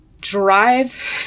drive